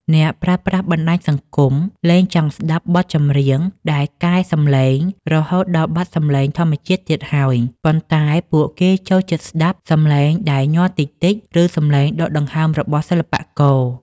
អ្នកប្រើប្រាស់បណ្តាញសង្គមលែងចង់ស្ដាប់បទចម្រៀងដែលកែសំឡេងរហូតដល់បាត់សម្លេងធម្មជាតិទៀតហើយ ប៉ុន្តែពួកគេចូលចិត្តស្ដាប់សម្លេងដែលញ័រតិចៗ ឬសម្លេងដកដង្ហើមរបស់សិល្បករ